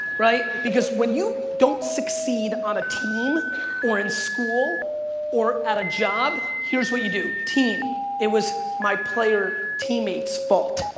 right? because when you don't succeed on a team or in school or at a job, here's what you do, team. it was my player teammate's fault.